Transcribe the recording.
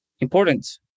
important